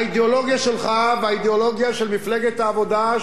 האידיאולוגיה שלך והאידיאולוגיה של מפלגת העבודה,